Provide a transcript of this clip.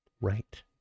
Right